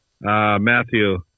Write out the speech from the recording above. Matthew